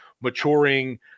maturing